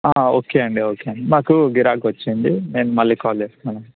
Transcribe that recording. okay అండి okay అండి మాకు గిరాకీ వచ్చింది నేను మళ్ళీ కాల్ చేస్తానండి